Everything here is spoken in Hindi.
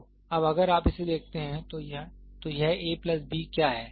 तो अब अगर आप इसे देखते हैं तो यह a प्लस b क्या है